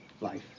life